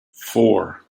four